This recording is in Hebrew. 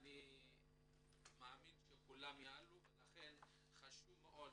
ואני מאמין שכולם יעלו ולכן חשוב מאוד